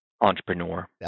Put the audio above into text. entrepreneur